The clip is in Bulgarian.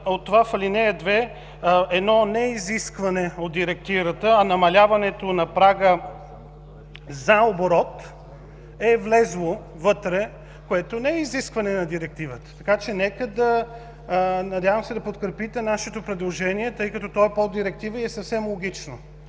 от това в ал. 2 едно неизискване от директивата – намаляването на прага за оборот, е влязло вътре, което не е изискване на директивата. Надявам се да подкрепите нашето предложение, тъй като то е по Директива и е съвсем логично.